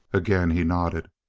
again he nodded.